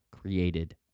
created